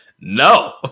No